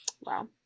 Wow